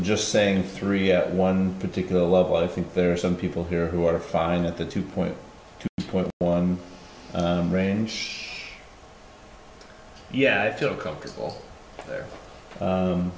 just saying three one particular level i think there are some people here who are fine at the two point two point one range yeah i feel comfortable there